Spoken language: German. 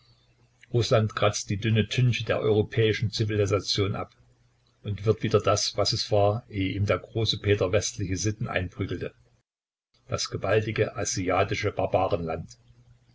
rußland kratzt die dünne tünche der europäischen zivilisation ab und wird wieder das was es war ehe ihm der große peter westliche sitten einprügelte das gewaltige asiatische